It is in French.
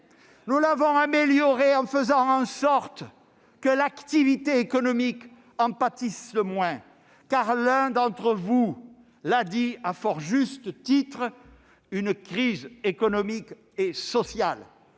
Nous l'avons amélioré en faisant en sorte que l'activité économique en pâtisse moins, car l'un d'entre vous l'a dit à fort juste titre : la crise économique et sociale